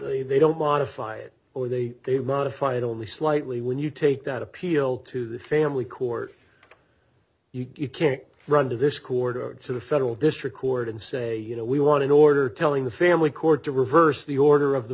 disappointed they don't modify it or they they modify it only slightly when you take that appeal to the family court you can run to this quarter to the federal district court and say you know we want an order telling the family court to reverse the order of the